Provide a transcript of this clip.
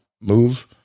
move